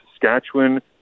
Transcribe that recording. Saskatchewan